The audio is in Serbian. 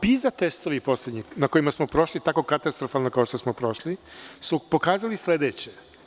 Poslednji PISA testovi, na kojima smo prošli tako katastrofalno kao što smo prošli, su pokazali sledeće.